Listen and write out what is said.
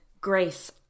grace